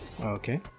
Okay